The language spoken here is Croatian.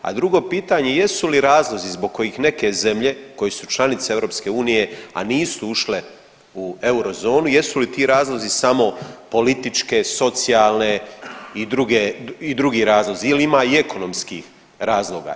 A drugo pitanje jesu li razlozi zbog kojih neke zemlje koje su članice EU, a nisu u ušle u eurozonu jesu li ti razlozi političke, socijalne i druge, i drugi razlozi ili ima i ekonomskih razloga?